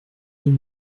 deux